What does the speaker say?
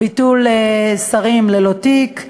ביטול שרים ללא תיק,